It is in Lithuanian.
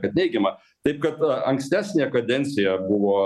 kad neigiamą taip kad ankstesnė kadencija buvo